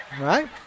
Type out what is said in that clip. Right